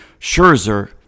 Scherzer